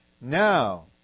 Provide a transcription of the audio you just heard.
Now